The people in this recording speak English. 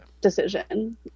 decision